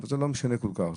אבל זה לא משנה כל כך.